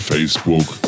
Facebook